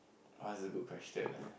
uh is a good question eh